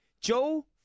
Joe